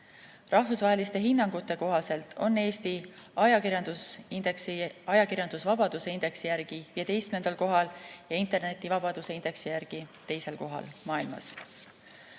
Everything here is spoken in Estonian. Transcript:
Rahvusvaheliste hinnangute kohaselt on Eesti ajakirjandusvabaduse indeksi järgi 15. kohal ja internetivabaduse indeksi järgi teisel kohal maailmas.